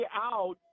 out